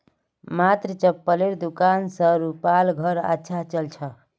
मात्र चप्पलेर दुकान स रूपार घर अच्छा चल छ